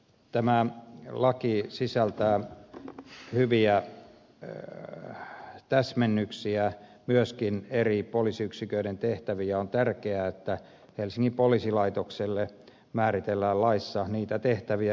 tämä laki sisältää hyviä täsmennyksiä myöskin eri poliisiyksiköiden tehtäviin ja on tärkeää että helsingin poliisilaitokselle määritellään laissa erityisiä tehtäviä